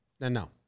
No